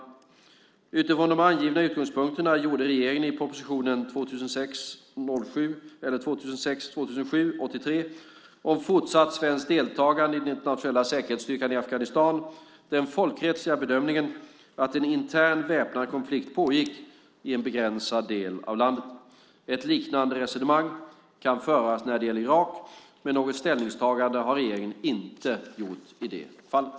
Utifrån de angivna utgångspunkterna gjorde regeringen i proposition 2006/07:83 om fortsatt svenskt deltagande i den internationella säkerhetsstyrkan i Afghanistan den folkrättsliga bedömningen att en intern väpnad konflikt pågick i en begränsad del av landet. Ett liknande resonemang kan föras när det gäller Irak, men något ställningstagande har regeringen inte gjort i det fallet.